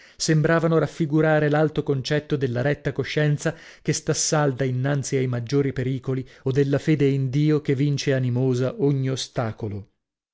sembravano raffigurare l'alto concetto della retta coscienza che sta salda innanzi ai maggiori pericoli o della fede in dio che vince animosa ogni ostacolo